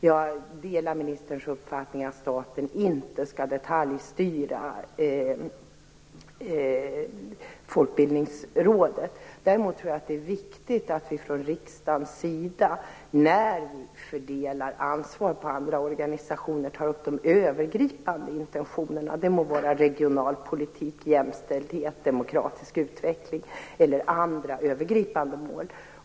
Jag delar ministerns uppfattning att staten inte skall detaljstyra Folkbildningsrådet. Däremot tror jag att det är viktigt att vi från riksdagens sida tar upp de övergripande intentionerna när vi fördelar ansvar på andra organisationer. Det må gälla regionalpolitik, jämställdhet, demokratisk utveckling eller andra övergripande mål.